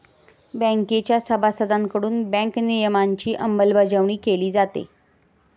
बँकेच्या सभासदांकडून बँक नियमनाची अंमलबजावणी केली जाते